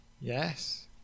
Yes